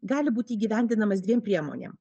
gali būti įgyvendinamas dviem priemonėm